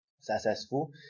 successful